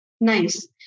Nice